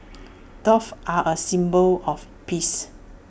doves are A symbol of peace